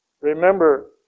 Remember